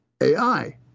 AI